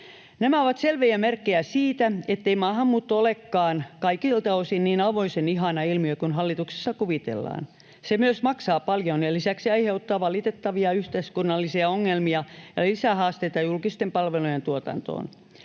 Nämä ovat selviä merkkejä siitä, ettei maahanmuutto olekaan kaikilta osin niin auvoisen ihana ilmiö kuin hallituksessa kuvitellaan. Se myös maksaa paljon ja lisäksi aiheuttaa valitettavia yhteiskunnallisia ongelmia ja lisähaasteita julkisten palvelujen tuotantoon.